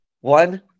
one